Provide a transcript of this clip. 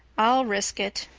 i'll risk it,